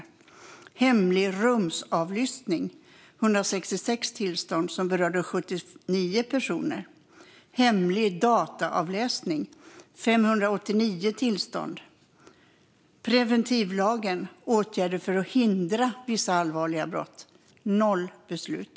I fråga om hemlig rumsavlyssning var det 166 tillstånd som berörde 79 personer. I fråga om hemlig dataavläsning var det 589 tillstånd. I fråga om preventivlagen, det vill säga åtgärder för att hindra vissa allvarliga brott, var det 0 beslut.